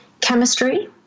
chemistry